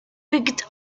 picked